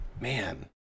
Man